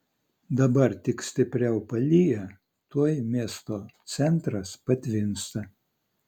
dabar tik stipriau palyja tuoj miesto centras patvinsta